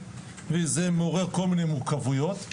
וזה מעורר כל מיני מורכבויות.